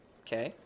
Okay